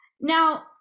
now